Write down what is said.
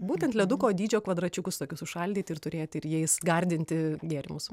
būtent leduko dydžio kvadračiukus tokius užšaldyti ir turėti ir jais gardinti gėrimus